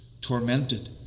tormented